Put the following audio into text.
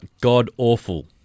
god-awful